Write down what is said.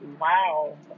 wow